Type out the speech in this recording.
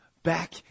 Back